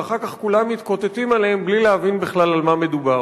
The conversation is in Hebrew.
ואחר כך כולם מתקוטטים עליהם בלי להבין בכלל על מה מדובר.